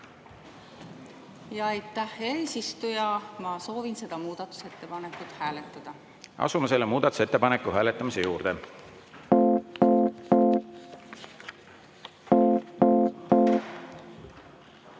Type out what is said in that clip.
hea eesistuja! Ma soovin seda muudatusettepanekut hääletada. Asume selle muudatusettepaneku hääletamise juurde. Head